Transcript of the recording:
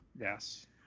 Yes